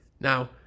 Now